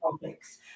topics